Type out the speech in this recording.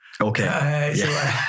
Okay